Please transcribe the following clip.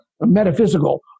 metaphysical